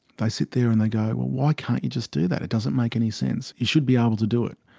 they sit there and they go, well, why can't you just do that, it doesn't make any sense, you should be able to do it,